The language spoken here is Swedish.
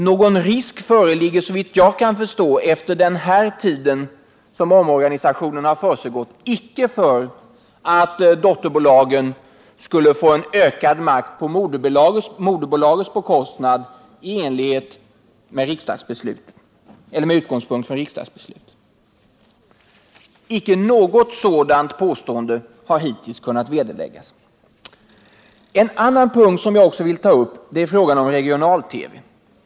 Någon risk föreligger, såvitt jag kan förstå efter den tid som omorganisationen har försiggått, icke för att dotterbolagen skulle få ökad makt på moderbolagets bekostnad, med utgångspunkt från riksdagsbeslutet. Inget sådant påstående har hittills kunnat beläggas. En annan punkt som jag vill ta upp är frågan om regional-TV.